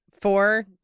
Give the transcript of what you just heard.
four